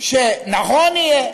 שנכון יהיה